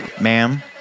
ma'am